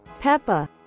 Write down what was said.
peppa